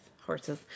horses